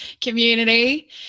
community